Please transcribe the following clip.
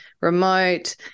remote